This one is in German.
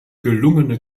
gelungene